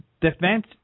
defense